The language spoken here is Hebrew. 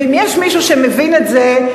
ואם יש מישהו שמבין את זה,